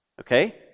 Okay